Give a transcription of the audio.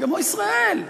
כמו ישראל.